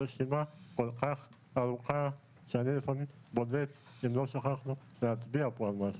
הרשימה כל כך ארוכה שאני בודק אם לא שכחנו להצביע פה על משהו.